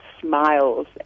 smiles